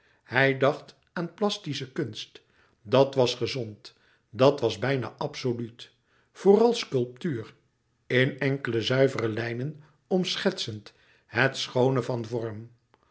hij dacht aan plastische kunst dat was gezond dat was bijna absoluut vooral sculptuur in enkele zuivere lijnen omschetsend het schoone van vorm